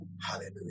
Hallelujah